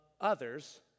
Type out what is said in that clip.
others